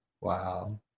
Wow